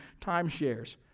timeshares